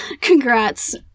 Congrats